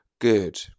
good